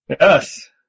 Yes